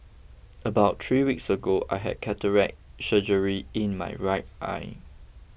about three weeks ago I had cataract surgery in my right eye